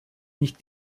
nicht